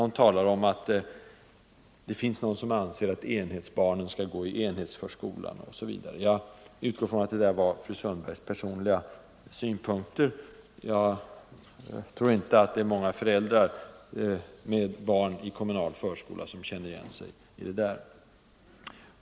Hon talade om att det finns de som anser att enhetsbarnen bör gå i enhetsförskolan osv. Jag utgår från att detta var fru Sundbergs personliga synpunkter, och jag tror inte att det är många föräldrar med barn i kommunal förskola som känner igen den beskrivningen.